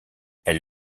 elle